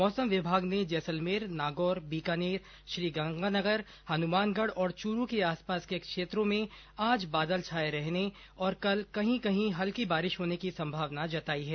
मौसम विभाग ने जैसलमेर नागौर बीकानेर श्रीगंगानगर हनुमानगढ़ और चूरू के आसपास के क्षेत्रो में आज बादल छाए रहने और कल कहीं कहीं हल्की बारिश होने की संभावना जताई है